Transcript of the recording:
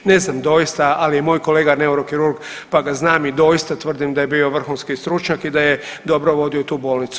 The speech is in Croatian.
Ne znam doista, ali je moj kolega neurokirurg pa ga znam i doista tvrdim da je bio vrhunski stručnjak i da je dobro vodio tu bolnicu.